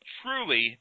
truly